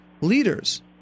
leaders